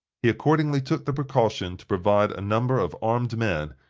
he accordingly took the precaution to provide a number of armed men,